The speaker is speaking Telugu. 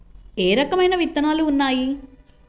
ఏ రకమైన విత్తనాలు ఉన్నాయి?